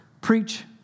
preach